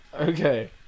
Okay